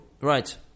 right